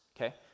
okay